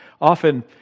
Often